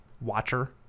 watcher